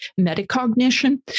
metacognition